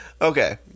Okay